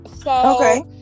Okay